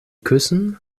küssen